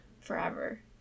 Forever